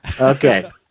Okay